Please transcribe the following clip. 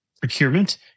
procurement